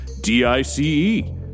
d-i-c-e